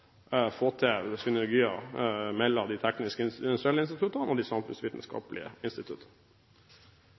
få til synergier mellom de teknisk-industrielle instituttene og de